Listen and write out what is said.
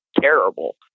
terrible